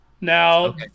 Now